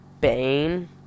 Bane